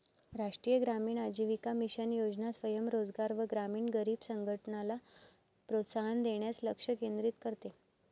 राष्ट्रीय ग्रामीण आजीविका मिशन योजना स्वयं रोजगार व ग्रामीण गरीब संघटनला प्रोत्साहन देण्यास लक्ष केंद्रित करते